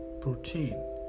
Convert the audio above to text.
protein